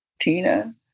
Tina